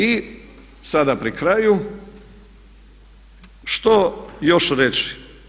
I sada pri kraju što još reći?